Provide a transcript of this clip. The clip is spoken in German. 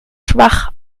schwach